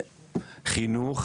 חינוך,